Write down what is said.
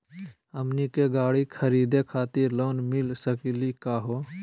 हमनी के गाड़ी खरीदै खातिर लोन मिली सकली का हो?